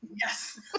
Yes